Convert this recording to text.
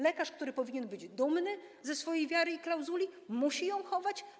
Lekarz, który powinien być dumny ze swojej wiary i klauzuli, musi ją chować?